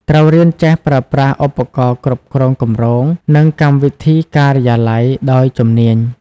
ត្រូវរៀនចេះប្រើប្រាស់ឧបករណ៍គ្រប់គ្រងគម្រោង និងកម្មវិធីការិយាល័យដោយជំនាញ។